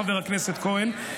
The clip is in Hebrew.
חבר הכנסת כהן,